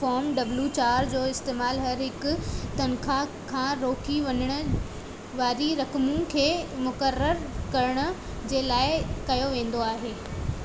form W चार जो इस्तेमालु हर हिकु तनख़्वाह खां रोकी वञणु वारी रक़म खे मुक़ररु करण जे लाइ कयो वेंदो आहे